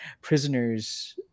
prisoners